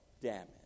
damage